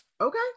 Okay